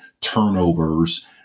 turnovers